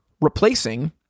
replacing